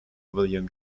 william